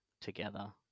together